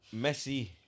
Messi